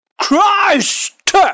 Christ